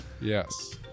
Yes